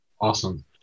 Awesome